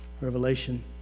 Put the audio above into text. Revelation